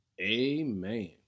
Amen